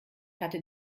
hatte